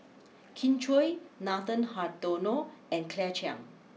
Kin Chui Nathan Hartono and Claire Chiang